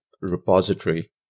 repository